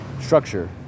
structure